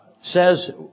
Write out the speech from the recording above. says